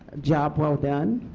job well done.